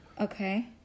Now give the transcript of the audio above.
Okay